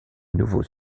nouveau